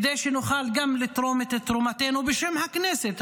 כדי שנוכל גם לתרום את תרומתנו בשם הכנסת,